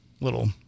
little